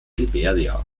liberia